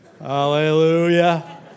Hallelujah